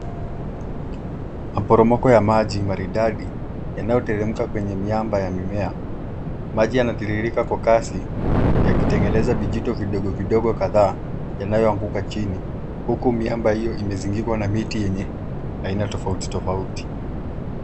Maporomoko ya maji maridadi yanayoteremka kwenye miamba ya mimea. Maji yanatiririka kwa kasi yakitengeneza vijito kidogokidogo kadhaa yanayoanguka chini huku miamba hio imezungukwa na miti yenye aina tofautitofauti.